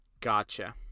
gotcha